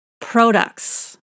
products